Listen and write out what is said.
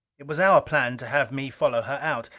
it was our plan to have me follow her out.